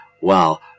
Wow